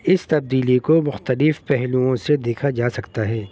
اس تبدیلی کو مختلف پہلوؤں سے دیکھا جا سکتا ہے